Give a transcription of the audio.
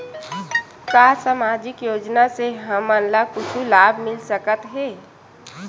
का सामाजिक योजना से हमन ला कुछु लाभ मिल सकत हे?